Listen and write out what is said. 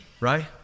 Right